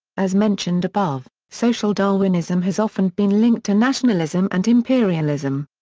as mentioned above, social darwinism has often been linked to nationalism and imperialism.